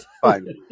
Fine